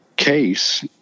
case